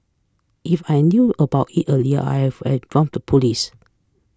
if I knew about it earlier I have informed the police